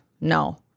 no